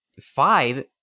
five